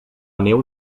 neu